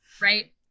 right